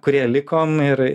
kurie likom ir